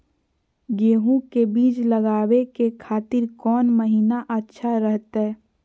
गेहूं के बीज लगावे के खातिर कौन महीना अच्छा रहतय?